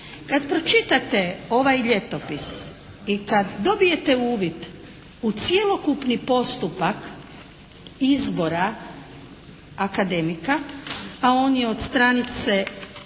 Kad pročitate ovaj ljetopis i kad dobijete uvid u cjelokupni postupak izbora akademika, a on je od stranice